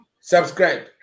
subscribe